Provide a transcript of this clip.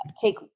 Take